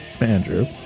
Andrew